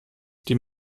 die